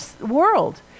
world